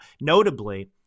notably